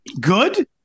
good